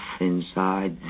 inside